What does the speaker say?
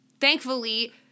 thankfully